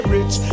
Rich